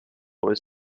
was